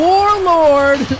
Warlord